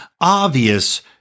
obvious